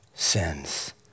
Sins